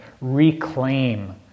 reclaim